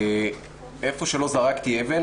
ואיפה שלא זרקתי אבן,